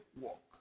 walk